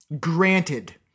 granted